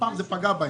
זה פגע בהם.